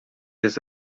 jest